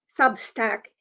Substack